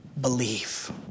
Believe